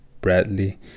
bradley